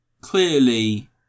clearly